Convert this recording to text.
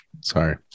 Sorry